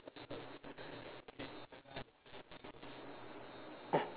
oh